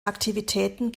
aktivitäten